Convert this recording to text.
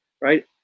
right